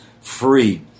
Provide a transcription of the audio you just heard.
free